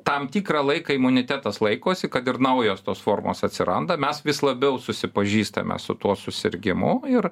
tam tikrą laiką imunitetas laikosi kad ir naujos tos formos atsiranda mes vis labiau susipažįstame su tuo susirgimu ir